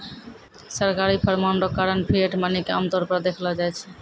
सरकारी फरमान रो कारण फिएट मनी के आमतौर पर देखलो जाय छै